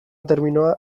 terminoa